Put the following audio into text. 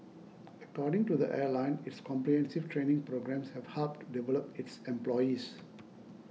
according to the airline its comprehensive training programmes have helped develop its employees